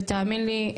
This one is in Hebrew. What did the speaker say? ותאמין לי,